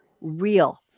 real